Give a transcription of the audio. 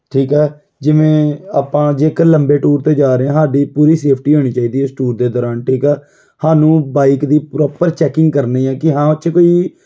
ਠੀਕ ਹੈ ਜਿਵੇਂ ਆਪਾਂ ਜੇਕਰ ਲੰਬੇ ਟੂਰ 'ਤੇ ਜਾ ਰਹੇ ਹਾਂ ਹਾਡੀ ਪੂਰੀ ਸੇਫਟੀ ਹੋਣੀ ਚਾਹੀਦੀ ਆ ਉਸ ਟੂਰ ਦੇ ਦੌਰਾਨ ਠੀਕ ਆ ਹਾਨੂੰ ਬਾਈਕ ਦੀ ਪ੍ਰੋਪਰ ਚੈਕਿੰਗ ਕਰਨੀ ਹੈ ਕਿ ਹਾਂ ਉਹ 'ਚ ਕੋਈ